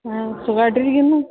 ആ സുഖമായിട്ടിരിക്കുന്നു